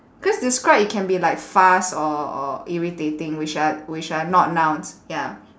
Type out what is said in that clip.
cause describe it can be like fast or or irritating which are which are not nouns ya